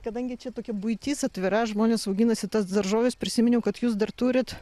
kadangi čia tokia buitis atvira žmonės auginasi tas daržoves prisiminiau kad jūs dar turit